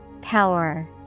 Power